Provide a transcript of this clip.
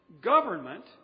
government